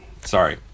Sorry